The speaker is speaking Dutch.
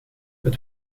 het